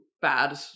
bad